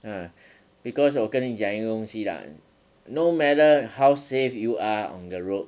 ah because 我跟你讲一个东西啦 no matter how safe you are on the road